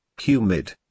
Humid